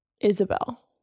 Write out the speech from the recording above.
isabel